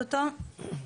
הערות נוספות?